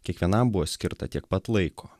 kiekvienam buvo skirta tiek pat laiko